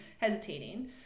hesitating